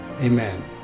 Amen